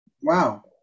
wow